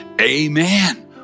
amen